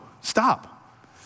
stop